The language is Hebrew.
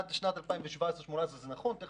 עד שנת 2018-2017 זה נכון מה שאתה אומר,